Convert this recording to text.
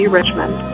Richmond